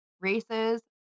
races